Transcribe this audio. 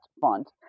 font